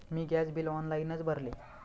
मी gas bill ऑनलाइनच भरले